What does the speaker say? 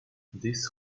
this